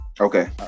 Okay